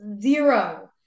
zero